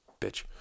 bitch